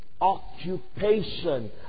occupation